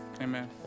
amen